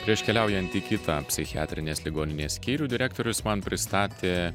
prieš keliaujant į kitą psichiatrinės ligoninės skyrių direktorius man pristatė